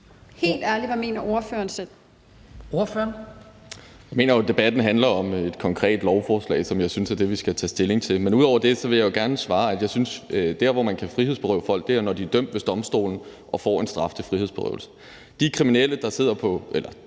11:57 Sigurd Agersnap (SF): Jeg mener jo, debatten handler om et konkret lovforslag, som jeg synes er det, vi skal tage stilling til. Men ud over det vil jeg gerne svare, at jeg synes, at der, hvor man kan frihedsberøve folk, er der, hvor de er dømt ved domstolene og får en straf til frihedsberøvelse. De kriminelle – eller dem